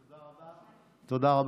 תודה רבה.